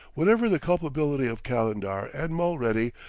whatever the culpability of calendar and mulready,